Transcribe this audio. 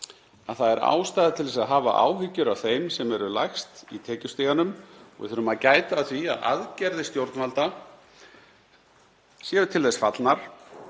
að það er ástæða til að hafa áhyggjur af þeim sem eru lægst í tekjustiganum. Við þurfum að gæta að því að aðgerðir stjórnvalda séu til þess fallnar